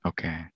Okay